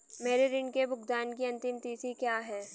मेरे ऋण के भुगतान की अंतिम तिथि क्या है?